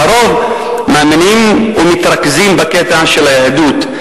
והרוב מאמינים ומתרכזים בקטע של היהדות.